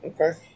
okay